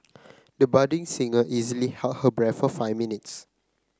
the budding singer easily held her breath for five minutes